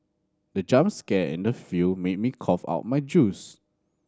the jump scare in the film made me cough out my juice